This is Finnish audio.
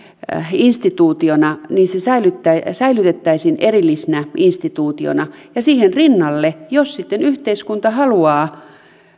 instituutiona niin se säilytettäisiin erillisenä instituutiona ja siihen rinnalle jos sitten yhteiskunta haluaa